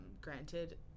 granted